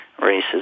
races